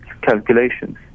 calculations